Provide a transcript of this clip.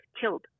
killed